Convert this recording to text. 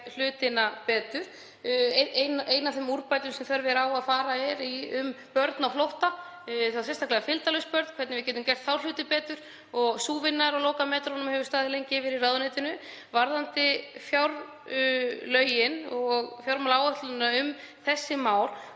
hlutina betur. Ein af þeim úrbótum sem þörf er á að fara í varðar börn á flótta, þá sérstaklega fylgdarlaus börn, hvernig við getum gert þá hluti betur. Sú vinna er á lokametrunum og hefur staðið lengi yfir í ráðuneytinu. Varðandi fjárlög og fjármálaáætlun um þessi mál